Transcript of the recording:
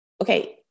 okay